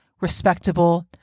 respectable